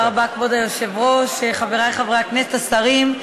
כבוד היושב-ראש, חברי חברי הכנסת, השרים,